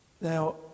Now